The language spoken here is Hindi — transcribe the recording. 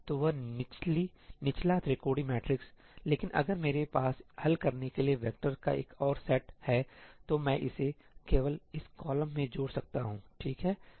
तो वही निचला त्रिकोणीय मैट्रिक्स लेकिन अगर मेरे पास हल करने के लिए वैक्टर का एक और सेट है तो मैं इसे केवल इस कॉलम में जोड़ सकता हूं ठीक है